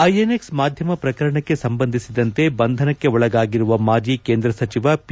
INX ಮಾಧ್ಯಮ ಪ್ರಕರಣಕ್ಕೆ ಸಂಬಂಧಿಸಿದಂತೆ ಬಂಧನಕ್ಕೆ ಒಳಗಾಗಿರುವ ಮಾಜಿ ಕೇಂದ್ರ ಸಚಿವ ಪಿ